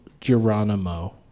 Geronimo